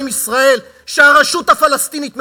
עם ישראל שהרשות הפלסטינית מקיימת,